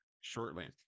shortly